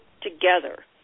together